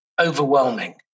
overwhelming